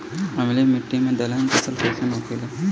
अम्लीय मिट्टी मे दलहन फसल कइसन होखेला?